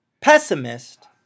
pessimist